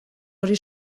hori